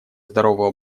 здоровый